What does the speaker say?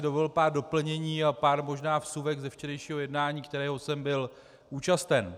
Dovolil bych si pár doplnění a pár možná vsuvek ze včerejšího jednání, kterého jsem byl účasten.